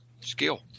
skill